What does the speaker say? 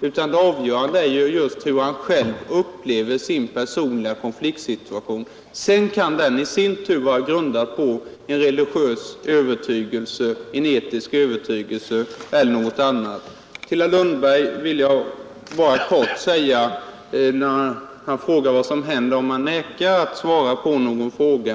utan det avgörande är just hur man själv upplever sin personliga konfliktsituation. Den kan i sin tur vara grundad på en religiös övertygelse, en etisk övertygelse eller något annat. Herr Lundberg frågar vad som händer om man vägrar att svara på någon fråga.